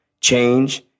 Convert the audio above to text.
Change